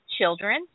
children